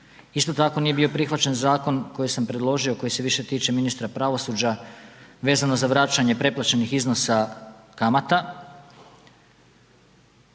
Isto tako nije bio prihvaćen zakon koji sam predložio koji se više tiče ministra pravosuđa vezano za vraćanje preplaćenih iznosa kamata,